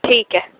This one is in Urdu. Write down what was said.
ٹھیک ہے